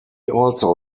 also